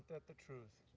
that the truth.